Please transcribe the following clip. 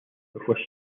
before